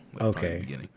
Okay